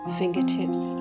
fingertips